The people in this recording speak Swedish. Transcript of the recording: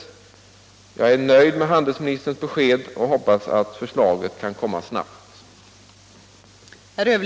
Jag är nöjd = företagsöverlåtelser med handelsministerns besked och hoppas att förslag kan komma snabbt. — m.m.